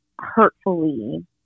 hurtfully